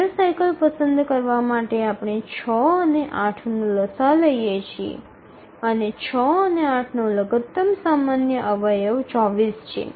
major cycle પસંદ કરવા માટે આપણે ૬ અને ૮ નો લસાઅ લઈએ છીએ અને ૬ અને ૮ નો લઘુત્તમ સામાન્ય અવયવ ૨૪ છે